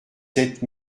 sept